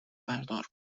بردار